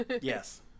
yes